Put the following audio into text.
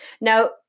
Now